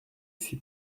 suis